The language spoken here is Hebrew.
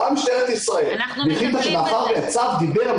באה משטרת ישראל והחליטה שמאחר שהצו דיבר -- אנחנו מטפלים בזה.